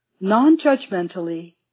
non-judgmentally